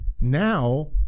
now